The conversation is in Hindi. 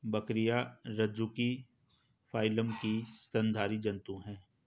बकरियाँ रज्जुकी फाइलम की स्तनधारी जन्तु है